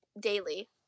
Daily